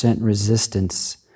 resistance